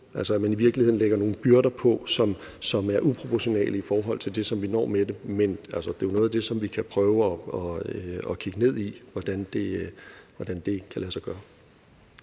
altså at man i virkeligheden lægger nogle byrder på, som er uproportionale i forhold til det, som vi når med det. Men det er jo noget af det, som vi kan prøve at kigge ned i, i forhold til hvordan det kan lade sig gøre.